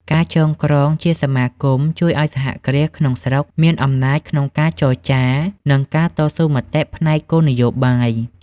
ការចងក្រងជាសមាគមជួយឱ្យសហគ្រាសក្នុងស្រុកមានអំណាចក្នុងការចរចា និងការតស៊ូមតិផ្នែកគោលនយោបាយ។